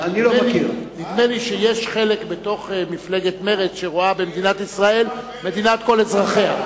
נדמה לי שיש חלק בתוך מפלגת מרצ שרואה במדינת ישראל מדינת כל אזרחיה.